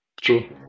true